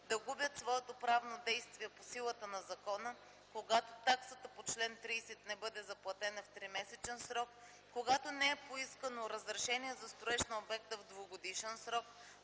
да губят своето правно действие по силата на закона, когато таксата по чл. 30 не бъде заплатена в 3-месечен срок, когато не е поискано разрешение за строеж на обекта в 2-годишен срок